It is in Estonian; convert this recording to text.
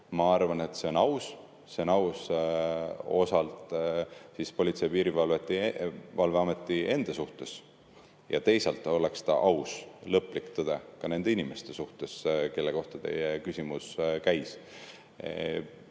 Ma arvan, et see on aus. See on aus osalt Politsei- ja Piirivalveameti enda suhtes. Ja teisalt oleks aus välja selgitada lõplik tõde ka nende inimeste suhtes, kelle kohta teie küsimus käis.